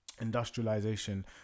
industrialization